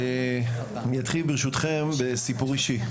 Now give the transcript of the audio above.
אני אתחיל ברשותכם בסיפור אישי.